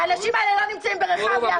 האנשים האלה לא נמצאים ברחביה,